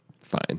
Fine